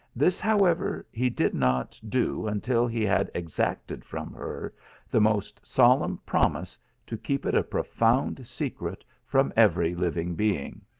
this, however, he did not do until he had exacted from her the most solemn promise to keep it a profound secret from every living being.